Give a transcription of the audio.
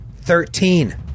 Thirteen